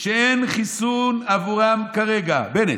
שאין חיסון עבורם כרגע, בנט,